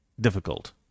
difficult